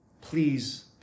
Please